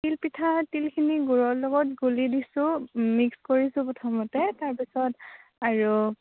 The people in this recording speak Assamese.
তিল পিঠা তিলখিনি গুড়ৰ লগত গুলি দিছোঁ মিক্স কৰিছোঁ প্ৰথমতে তাৰ পাছত আৰু